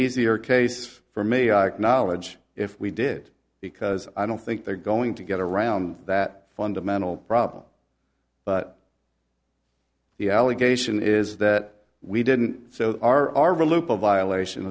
easier case for me knowledge if we did because i don't think they're going to get around that fundamental problem but the allegation is that we didn't so our our real loop of violation